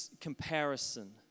comparison